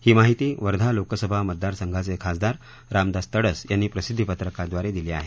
ही माहिती वर्धा लोकसभा मतदार संघाचखिासदार रामदास तडस यांनी प्रसिध्दी पत्रकाव्दारा विली आहे